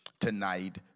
tonight